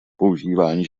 používání